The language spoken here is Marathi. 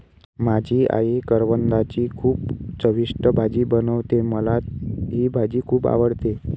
माझी आई करवंदाची खूप चविष्ट भाजी बनवते, मला ही भाजी खुप आवडते